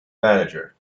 manager